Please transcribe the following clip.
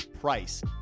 price